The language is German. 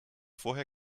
vorher